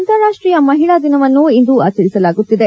ಅಂತಾರಾಷ್ಟೀಯ ಮಹಿಳಾ ದಿನವನ್ನು ಇಂದು ಆಚರಿಸಲಾಗಿತ್ತಿದೆ